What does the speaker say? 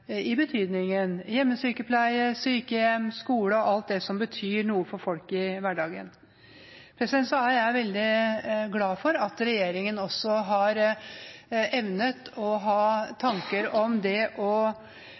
i betydningen hjemmesykepleie, sykehjem, skole og alt det som betyr noe for folk i hverdagen. Så er jeg veldig glad for at regjeringen også har evnet å ha tanker om det å digitalisere og